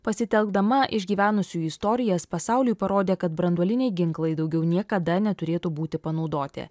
pasitelkdama išgyvenusių istorijas pasauliui parodė kad branduoliniai ginklai daugiau niekada neturėtų būti panaudoti